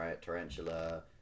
tarantula